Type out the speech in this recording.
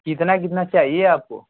कितनाकितना चाहिए आपको